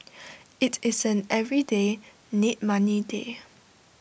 IT is an everyday need money day